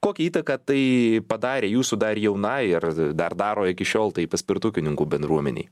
kokią įtaką tai padarė jūsų dar jaunai ir dar daro iki šiol taip paspirtukininkų bendruomenei